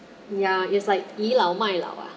ya it's like 倚老卖老 ah